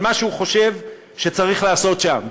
על מה שהוא חושב שצריך לעשות שם,